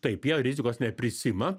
taip jie rizikos neprisiima